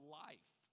life